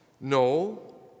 No